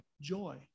joy